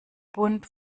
bund